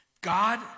God